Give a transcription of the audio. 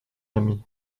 ami